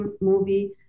movie